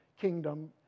Kingdom